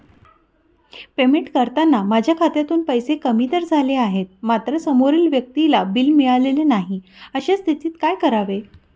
Payment करताना माझ्या खात्यातून पैसे कमी तर झाले आहेत मात्र समोरील व्यक्तीला बिल मिळालेले नाही, अशा स्थितीत काय करावे?